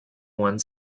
one